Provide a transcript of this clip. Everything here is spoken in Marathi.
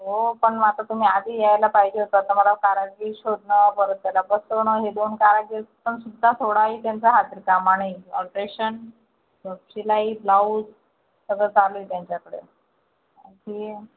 हो पण मग आता तुम्ही आधी यायला पाहिजे होतं तर मला कारागीर शोधणं परत त्याला बसवणं हे दोन कारागीर पण सुद्धा थोडा ही त्यांचा हात रिकामा नाही अल्ट्रेशन परत शिलाई ब्लॉउज सगळंच चालू आहे त्यांच्याकडे काकी